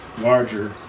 larger